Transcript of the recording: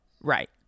right